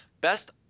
best